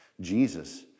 Jesus